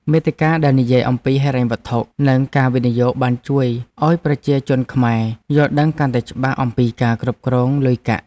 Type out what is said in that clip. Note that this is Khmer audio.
មាតិកាដែលនិយាយអំពីហិរញ្ញវត្ថុ និងការវិនិយោគបានជួយឱ្យប្រជាជនខ្មែរយល់ដឹងកាន់តែច្បាស់អំពីការគ្រប់គ្រងលុយកាក់។